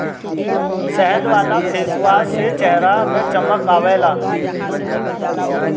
शहद वाला फेसवाश से चेहरा में चमक आवेला